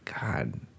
God